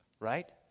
Right